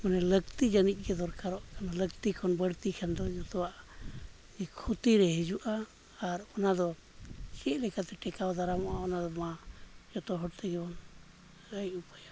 ᱞᱟᱹᱠᱛᱤ ᱡᱟᱱᱤᱡᱽ ᱜᱮ ᱫᱚᱨᱠᱟᱨᱚᱜ ᱠᱟᱱᱟ ᱞᱟᱹᱠᱛᱤ ᱠᱷᱚᱱ ᱵᱟᱹᱲᱛᱤ ᱠᱷᱟᱱ ᱫᱚ ᱡᱚᱛᱚᱣᱟᱜ ᱠᱷᱩᱛᱤᱨᱮ ᱦᱤᱡᱩᱜᱼᱟ ᱟᱨ ᱚᱱᱟᱫᱚ ᱪᱮᱫ ᱞᱮᱠᱟᱛᱮ ᱴᱮᱠᱟᱣ ᱫᱟᱨᱟᱢᱟᱢᱚᱜᱼᱟ ᱚᱱᱟᱢᱟ ᱡᱚᱛᱚ ᱦᱚᱲ ᱛᱮᱜᱮ ᱵᱚᱱ ᱟᱹᱭ